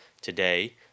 Today